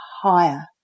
higher